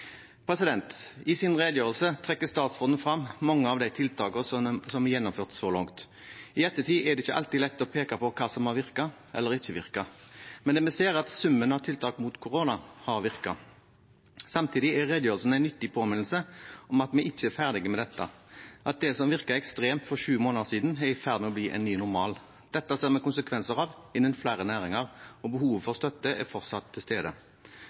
I sin redegjørelse trekker statsråden frem mange av de tiltakene som er gjennomført så langt. I ettertid er det ikke alltid lett å peke på hva som har virket, eller ikke virket, men det vi ser, er at summen av tiltak mot korona har virket. Samtidig er redegjørelsen en nyttig påminnelse om at vi ikke er ferdige med dette, og at det som virket ekstremt for sju måneder siden, er i ferd med å bli en ny normal. Dette ser vi konsekvenser av innen flere næringer, og behovet for støtte er fortsatt til stede.